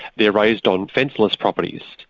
they're raised on fenceless properties.